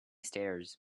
stairs